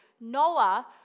Noah